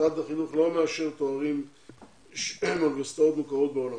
משרד החינוך לא מאשר תארים של אוניברסיטאות מוכרות בעולם.